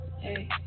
Hey